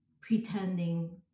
pretending